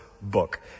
book